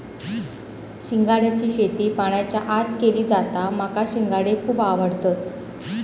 शिंगाड्याची शेती पाण्याच्या आत केली जाता माका शिंगाडे खुप आवडतत